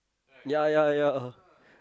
ya ya ya